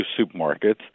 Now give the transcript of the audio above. supermarkets